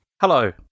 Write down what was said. Hello